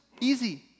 Easy